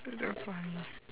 that's damn funny